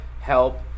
help